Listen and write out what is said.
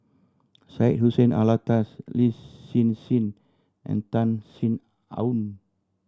Syed Hussein Alatas Lin Hsin Hsin and Tan Sin Aun